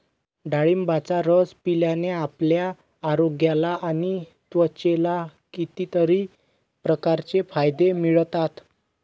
डाळिंबाचा रस पिल्याने आपल्या आरोग्याला आणि त्वचेला कितीतरी प्रकारचे फायदे मिळतात